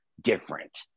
different